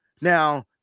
Now